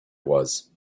was